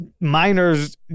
miners